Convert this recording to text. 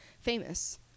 famous